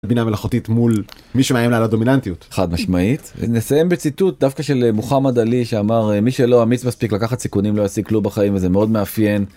בינה מלאכותית מול מי שמאיים לה על הדומיננטיות. חד משמעית. נסיים בציטוט דווקא של מוחמד עלי שאמר מי שלא אמיץ מספיק לקחת סיכונים לא ישיג כלום בחיים, זה מאוד מאפיין.